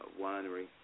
winery